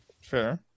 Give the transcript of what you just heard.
fair